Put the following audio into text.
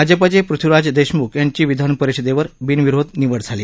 भाजपचे पृथ्वीराज देशमुख यांची विधानपरिषदेवर बिनविरोध निवड झाली